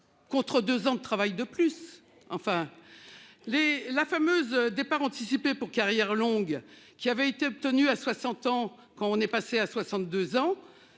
Contre 2 ans de travail de plus enfin. Les la fameuse départs anticipés pour carrière longue qui avait été obtenu à 60 ans qu'on est passé à 62 ans.